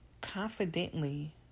Confidently